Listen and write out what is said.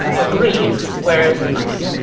agreed. where's the money?